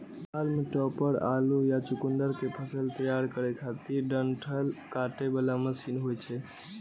हाल्म topper आलू या चुकुंदर के फसल तैयार करै खातिर डंठल काटे बला मशीन होइ छै